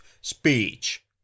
speech